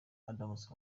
adams